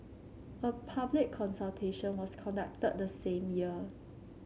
a public consultation was conducted the same year